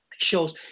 shows